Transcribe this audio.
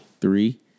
Three